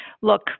look